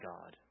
God